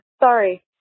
Sorry